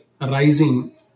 rising